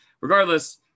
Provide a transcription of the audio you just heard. Regardless